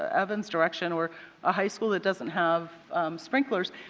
ah evans' direction or a high school that doesn't have sprinklers.